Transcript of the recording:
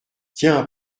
tiens